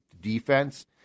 defense